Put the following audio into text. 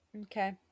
Okay